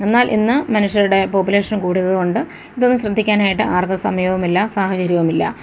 എന്നാൽ ഇന്ന് മനുഷ്യരുടെ പോപ്പുലേഷൻ കൂടിയത് കൊണ്ട് ഇതൊന്നും ശ്രദ്ധിക്കാനായിട്ട് ആർക്കും സമയമില്ല സാഹചര്യവുമില്ല